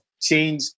change